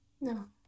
No